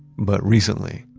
but recently,